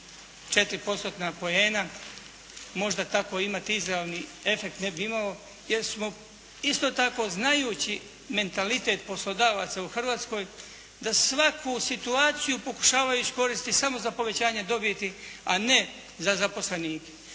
četiri postotna poena možda tako imati izravni efekt ne bi imao, jer smo isto tako znajući mentalitet poslodavaca u Hrvatskoj da svaku situaciju pokušavaju iskoristiti samo za povećanje dobiti, a ne za zaposlenike.